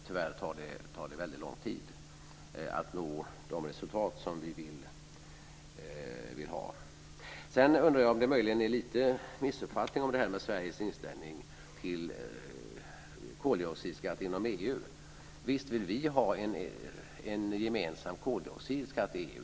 Tyvärr tar det väldigt lång tid att nå de resultat som vi vill ha. Sedan undrar jag om det möjligen är en liten missuppfattning när det gäller det här med Sveriges inställning till koldioxidskatt inom EU. Visst vill vi ha en gemensam koldioxidskatt i EU.